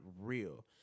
real